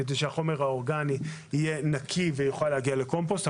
כדי שהחומר האורגני יהיה נקי ויוכל להגיע לקומפוסט.